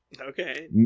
Okay